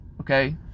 okay